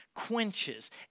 quenches